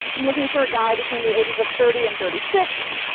i'm looking for a guy between the ages of thirty and thirty six,